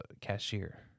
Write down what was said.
cashier